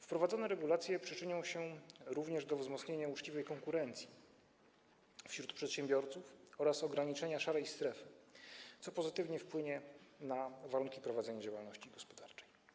Wprowadzone regulacje przyczynią się również do wzmocnienia uczciwej konkurencji wśród przedsiębiorców oraz ograniczenia szarej strefy, co pozytywnie wpłynie na warunki prowadzenia działalności gospodarczej.